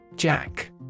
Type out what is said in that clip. Jack